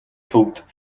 төвд